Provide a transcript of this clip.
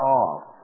off